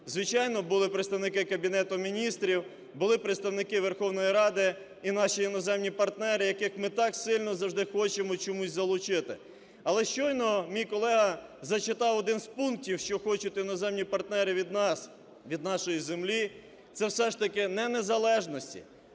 Звичайно, були представники Кабінету Міністрів, були представники Верховної Ради і наші іноземні партнери, яких ми так сильно завжди хочемо чомусь залучити. Але щойно мій колега зачитав один з пунктів, що хочуть іноземні партнери від нас, від нашої землі, це все ж таки не незалежності,